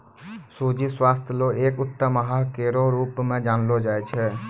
सूजी स्वास्थ्य ल एक उत्तम आहार केरो रूप म जानलो जाय छै